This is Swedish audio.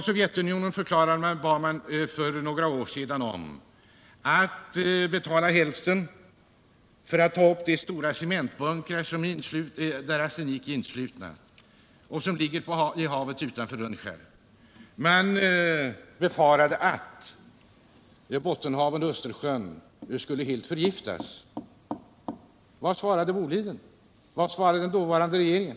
Sovjetunionen förklarade sig för några år sedan Tisdagen den villig att betala hälften av kostnaderna för att ta upp de stora cementbunkrar 28 mars 1978 där arsenik är innesluten och som ligger i havet utanför Rönnskär. Man befarade att Bottenhavet — ja, hela Östersjön — skulle förgiftas. Vad svarade Om lantbruks Bolidenbolaget? Vad svarade den dåvarande regeringen?